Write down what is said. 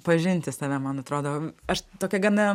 pažinti save man atrodo aš tokia gana